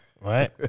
right